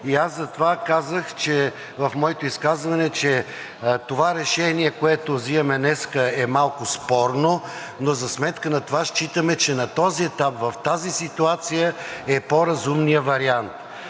Аз затова казах в моето изказване, че това решение, което взимаме днес, е малко спорно, но за сметка на това считаме, че на този етап, в тази ситуация, е по-разумният вариант.